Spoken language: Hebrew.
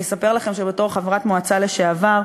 אני אספר לכם, בתור חברת מועצה לשעבר,